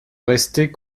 rester